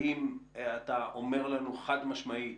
האם אתה אומר לנו חד-משמעית